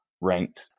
ranked